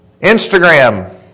Instagram